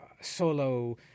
Solo